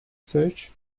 search